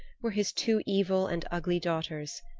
were his two evil and ugly daughters,